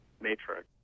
matrix